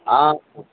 आं